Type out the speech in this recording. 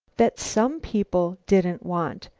that some people didn't want!